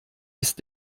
ist